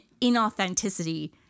inauthenticity